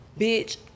Bitch